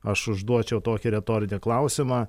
aš užduočiau tokį retorinį klausimą